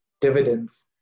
dividends